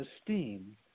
Esteem